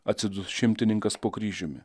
atsidus šimtininkas po kryžiumi